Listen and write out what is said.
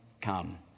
come